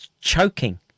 choking